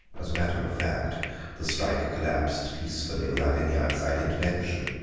as a matter of fact the strike collapsed peacefully without any outside intervention.